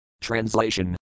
Translation